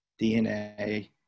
DNA